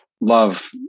love